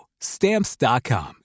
Stamps.com